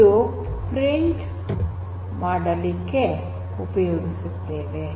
ಇದನ್ನು ಪ್ರಿಂಟ್ ಮಾಡುವುದಕ್ಕೆ ಉಪಯೋಗಿಸುತ್ತೇವೆ